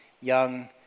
young